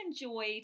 enjoyed